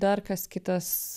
dar kas kitas